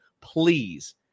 please